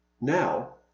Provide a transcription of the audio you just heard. now